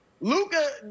Luca